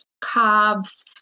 carbs